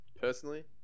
personally